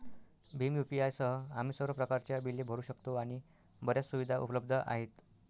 Bhim UPI सह, आम्ही सर्व प्रकारच्या बिले भरू शकतो आणि बर्याच सुविधा उपलब्ध आहेत